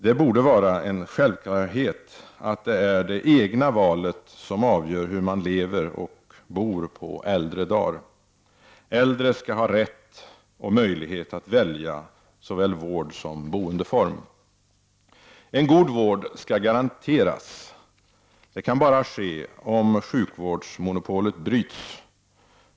Det borde vara en självklarhet att det är det egna valet som avgör hur man lever och bor på äldre dar. Äldre skall ha rätt och möjlighet att välja såväl vårdsom boendeform. En god vård skall garanteras. Det kan bara ske om sjukvårdsmonopolet bryts.